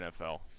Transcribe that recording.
NFL